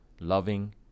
loving